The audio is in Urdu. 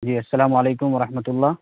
جی السّلام علیکم و رحمۃ اللہ